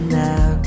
now